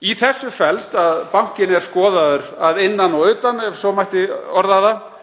Í þessu felst að bankinn er skoðaður að innan og utan, ef svo mætti orða